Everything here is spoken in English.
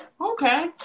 Okay